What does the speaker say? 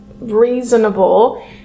reasonable